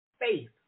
Faith